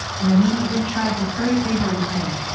and immediately tried to curry favor with him.